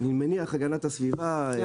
אני מניח של הגנת הסביבה ומשרדים אחרים.